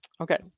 Okay